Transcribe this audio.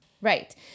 Right